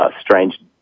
strange